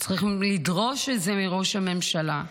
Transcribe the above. צריכים לדרוש את זה מראש הממשלה,